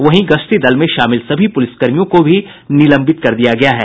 वहीं गश्ती दल में शामिल सभी पुलिसकर्मियों को भी निलंबित कर दिया गया है